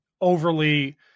overly